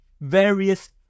various